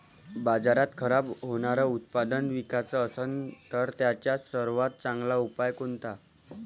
बाजारात खराब होनारं उत्पादन विकाच असन तर त्याचा सर्वात चांगला उपाव कोनता?